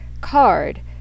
card